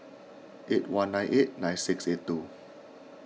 eight one nine eight nine six eight two